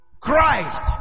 Christ